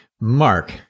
mark